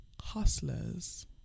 hustler's